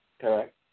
correct